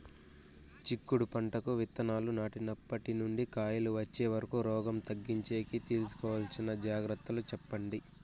చిక్కుడు పంటకు విత్తనాలు నాటినప్పటి నుండి కాయలు వచ్చే వరకు రోగం తగ్గించేకి తీసుకోవాల్సిన జాగ్రత్తలు చెప్పండి?